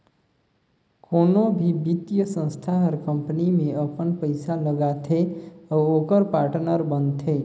कोनो भी बित्तीय संस्था हर कंपनी में अपन पइसा लगाथे अउ ओकर पाटनर बनथे